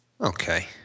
Okay